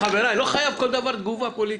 מספיק, חבריי, לא חייב על כל דבר תגובה פוליטית.